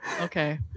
Okay